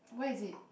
where is it